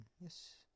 Yes